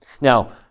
Now